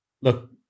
look